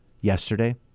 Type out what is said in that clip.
Yesterday